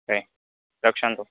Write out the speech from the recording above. तर्हि रक्षन्तु